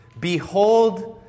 Behold